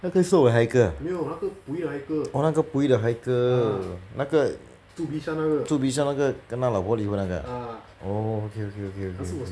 那个是我们的 haikal ah orh 那个 pui 的 haikal 那个住 bishan 那个跟他老婆离婚那个 ah oh okay okay okay